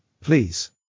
please